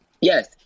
Yes